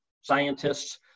scientists